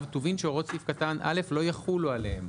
טובין שהוראות סעיף קטן (א) לא יחולו עליהם".